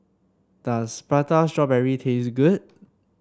does Prata Strawberry taste good